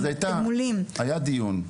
אז היה דיון,